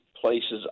places